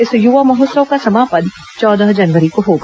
इस युवा महोत्सव का समापन चौदह जनवरी को होगा